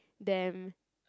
them